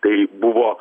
tai buvo